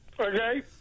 Okay